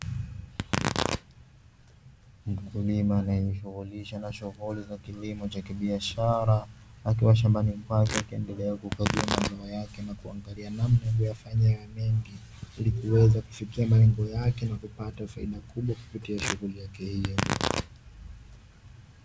Mkulima anayejishughulisha na shughuli za kilimo cha kibiashara akiwa shambani kwake akiwa anaendelea kukagua mazao yake na kuangalia namna ya kuyafanyia yawe mengi, ili kuweza kufikia malengo yake na kupata faida kubwa kupitia shughuli yake hiyo.